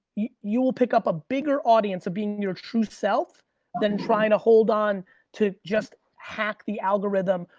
you will pick up a bigger audience of being your true self than trying to hold on to just hack the algorithm,